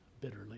bitterly